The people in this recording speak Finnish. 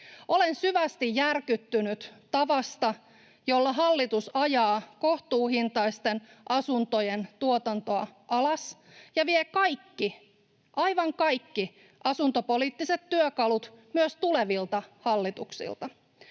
Olen syvästi järkyttynyt tavasta, jolla hallitus ajaa kohtuuhintaisten asuntojen tuotantoa alas ja vie kaikki, aivan kaikki, asuntopoliittiset työkalut myös tulevilta hallituksilta.